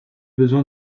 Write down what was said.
besoin